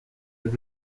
with